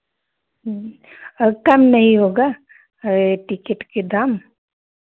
अब कम नहीं होगा टिकट के दाम